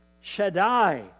Shaddai